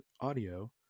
audio